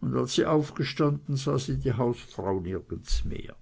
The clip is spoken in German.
und als sie aufgestanden sah sie die hausfrau nirgends mehr